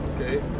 Okay